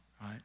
right